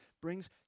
brings